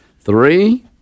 Three